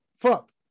Fuck